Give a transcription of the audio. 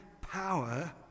power